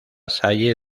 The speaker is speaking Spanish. salle